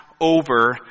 over